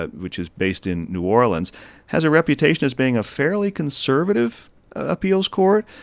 ah which is based in new orleans has a reputation as being a fairly conservative appeals court,